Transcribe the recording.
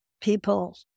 people